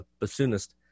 bassoonist